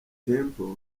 temple